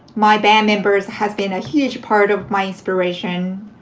my band members has been a huge part of my inspiration